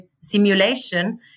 simulation